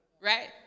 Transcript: right